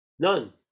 None